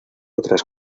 otras